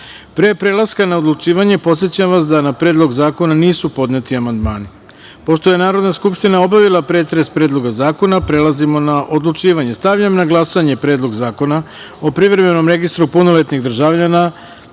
prelaska na odlučivanje, podsećam vas da na Predlog zakona nisu podneti amandmani. Pošto je Narodna skupština obavila pretres Predloga zakona, prelazimo na odlučivanje. Stavljam na glasanje Predlog zakona o privremenom registru punoletnih državljana